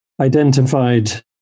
identified